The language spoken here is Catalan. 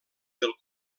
del